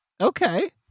Okay